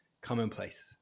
commonplace